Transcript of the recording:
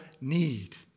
need